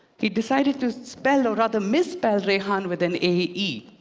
he decided to spell, or, rather, misspell raehan with an a e.